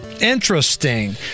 Interesting